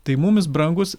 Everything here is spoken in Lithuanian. tai mums brangus